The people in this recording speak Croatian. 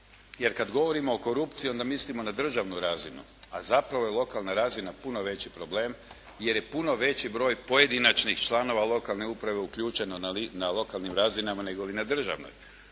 jer kad govorimo o korupciji, onda mislimo na državnu razinu, a zapravo je lokalna razina puno veći problem jer je puno veći broj pojedinačnih članova lokalne uprave uključeno na lokalnim razinama, negoli na državnoj.